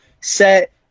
set